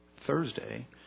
Thursday